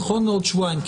נכון, לעוד שבועיים?